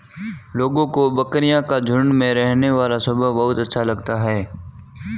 लोगों को बकरियों का झुंड में रहने वाला स्वभाव बहुत अच्छा लगता है